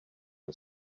and